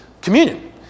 communion